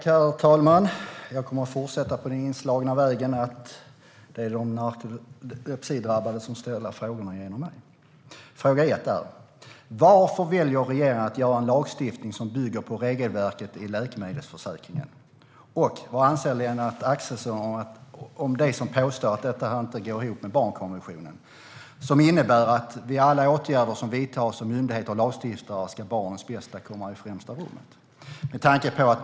Herr talman! Jag kommer att fortsätta på den inslagna vägen så att de narkolepsidrabbade ställer frågorna genom mig. Varför väljer regeringen att stifta en lag som bygger på regelverket i Läkemedelsförsäkringen? Vad anser Lennart Axelsson om dem som påstår att lagen inte går ihop med barnkonventionen? Konventionen innebär att vid alla åtgärder som vidtas av myndigheter och lagstiftare ska barns bästa komma i främsta rummet.